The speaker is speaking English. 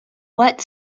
what